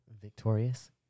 Victorious